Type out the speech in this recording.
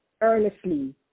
earnestly